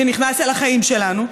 שנכנס אל החיים שלנו,